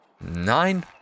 nine